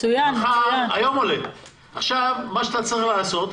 מה שאתה צריך לעשות,